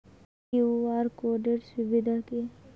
QR code এর সুবিধা কি?